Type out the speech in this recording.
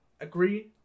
agree